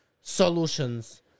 Solutions